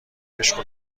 عشق